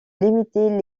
limiter